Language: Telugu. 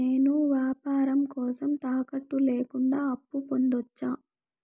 నేను వ్యాపారం కోసం తాకట్టు లేకుండా అప్పు పొందొచ్చా?